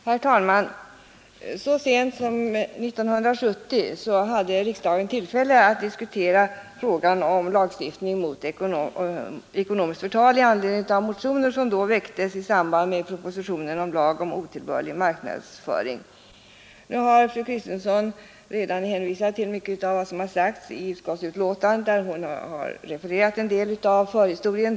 Herr talman! Så sent som 1970 hade riksdagen tillfälle att diskutera frågan om lagstiftning mot ekonomiskt förtal i anledning av motioner som då väcktes i samband med propositionen om lag om otillbörlig marknadsföring. Nu har fru Kristensson redan hänvisat till mycket av vad som anförts i utskottsbetänkandet och hon har refererat en del av förhistorien.